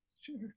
sure